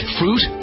fruit